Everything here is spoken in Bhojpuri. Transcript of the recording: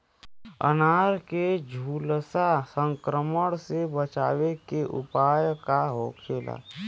अनार के झुलसा संक्रमण से बचावे के उपाय का होखेला?